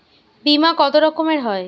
বিমা কত রকমের হয়?